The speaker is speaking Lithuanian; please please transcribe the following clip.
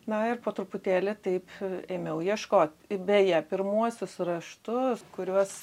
na ir po truputėlį taip ėmiau ieškoti beje pirmuosius raštus kuriuos